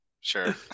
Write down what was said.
Sure